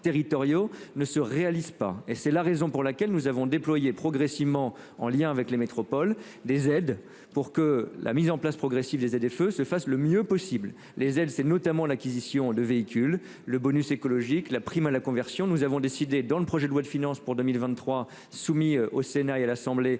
ne se réalise pas. Et c'est la raison pour laquelle nous avons déployé progressivement en lien avec les métropoles des aides pour que la mise en place progressive des ZFE se fasse le mieux possible les elle s'est notamment l'acquisition de véhicules le bonus écologique. La prime à la conversion. Nous avons décidé dans le projet de loi de finances pour 2023 soumis au Sénat et à l'Assemblée